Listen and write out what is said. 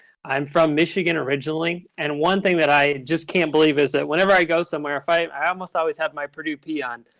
i'm from michigan originally. and one thing that i just can't believe is that whenever i go somewhere, i i almost always have my purdue p on.